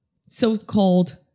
so-called